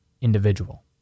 individual